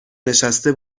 نشسته